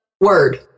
Word